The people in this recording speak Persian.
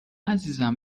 عزیزم